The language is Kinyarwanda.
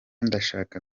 ndashaka